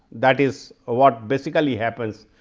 that is what basically happens.